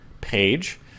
page